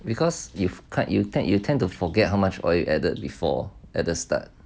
because you've cut you tend you tend to forget how much oil you added before at the start